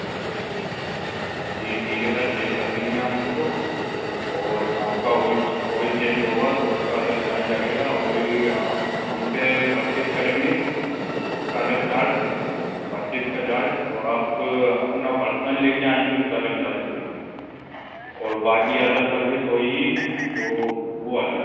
जी ठीक है sir check कर लेंगे हम उसको और आपका ऑइल ऑइल चेंज होगा तो उसका अलग चार्ज लगेगा ऑइल आप हमसे परचेस करेंगे तो उसका अलग चार्ज परचेस का चार्ज और आप अपना पर्सनल लेकर आएँग उसका अलग चार्ज लगे और बाकी अदर सर्विस होगी तो वह अलग